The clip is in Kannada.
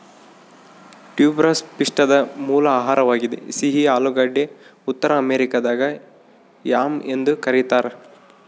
ಟ್ಯೂಬರಸ್ ಪಿಷ್ಟದ ಮೂಲ ಆಹಾರವಾಗಿದೆ ಸಿಹಿ ಆಲೂಗಡ್ಡೆ ಉತ್ತರ ಅಮೆರಿಕಾದಾಗ ಯಾಮ್ ಎಂದು ಕರೀತಾರ